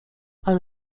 ale